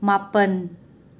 ꯃꯥꯄꯟ